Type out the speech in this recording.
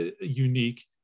unique